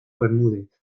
bermúdez